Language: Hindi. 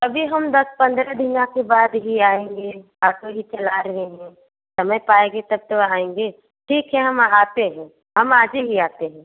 अभी हम दस पंद्रह दिनों के बाद ही आएंगे आटो ही चला रहे हैं समय पाएगे तब तो आएंगे ठीक है हम आते हैं हम आज ही आते हैं